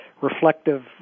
reflective